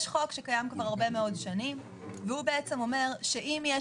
יש חוק שקיים כבר הרבה שנים שאומר שאם יש